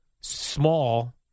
small